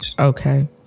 Okay